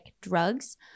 drugs